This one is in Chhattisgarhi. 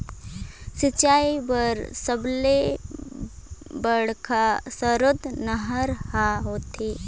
सिंचई बर सबले बड़का सरोत नहर ह होथे